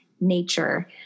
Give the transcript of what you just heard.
nature